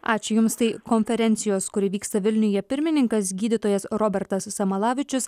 ačiū jums tai konferencijos kuri vyksta vilniuje pirmininkas gydytojas robertas samalavičius